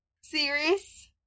series